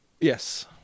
Yes